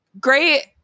great